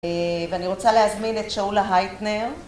ואני רוצה להזמין את שאולה הייטנר.